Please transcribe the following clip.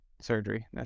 surgery